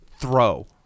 throw